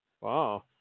Wow